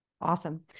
Awesome